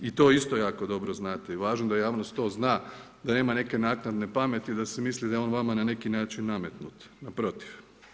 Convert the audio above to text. I to isto jako dobro znate i važno je da javnost to zna, da nema neke naknadne pameti da se misli da je on vama na neki način nametnut, naprotiv.